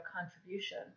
contribution